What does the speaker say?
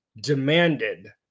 demanded